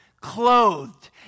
clothed